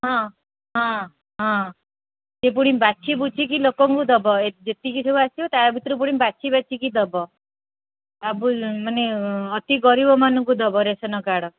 ହଁ ହଁ ହଁ ସେ ପୁଣି ବାଛି ବୁଛି କି ଲୋକଙ୍କୁ ଦବ ଯେତିକି ସବୁ ଆସିବ ତା ଭିତରୁ ପୁଣି ବାଛି ବାଛି କି ଦବ ଆଉ ମାନେ ଅତି ଗରିବ ମାନଙ୍କୁ ଦବ ରାଶନ କାର୍ଡ଼୍